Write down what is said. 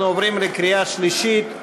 אנחנו עוברים לקריאה שלישית.